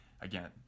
again